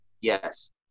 yes